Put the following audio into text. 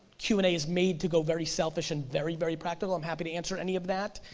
q and a is made to go very selfish, and very, very practical, i'm happy to answer any of that.